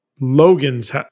Logan's